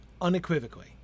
unequivocally